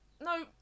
No